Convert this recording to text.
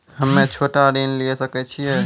हम्मे छोटा ऋण लिये सकय छियै?